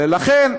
ולכן,